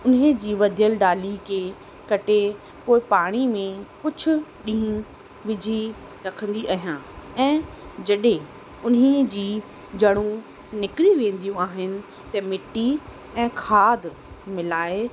उन जी वधियलु डाली खे कटे पोइ पाणी में कुझु ॾींहं विझी रखंदी अहियां ऐं जॾहिं उन जी जड़ूं निकिरी वेंदियूं आहिनि त मिटी ऐं खाध मिलाए